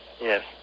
Yes